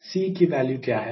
C की value क्या है